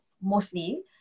mostly